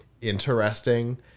interesting